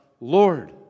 Lord